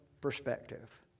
perspective